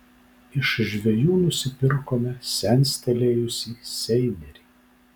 iš žvejų nusipirkome senstelėjusį seinerį